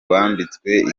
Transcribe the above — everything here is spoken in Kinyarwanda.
bambitswe